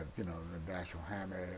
you know dashiell hammet,